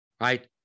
right